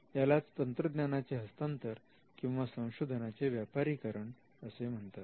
यालाच तंत्रज्ञानाचे हस्तांतर किंवा संशोधनाचे व्यापारीकरण असे म्हणतात